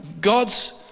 God's